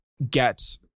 get